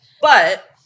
But-